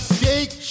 shake